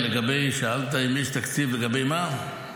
שאלת אם יש תקציב לגבי מה?